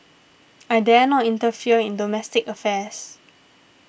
I dare not interfere in domestic affairs